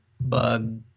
bug